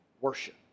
worship